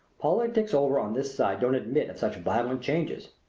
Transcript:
politics over on this side don't admit of such violent changes.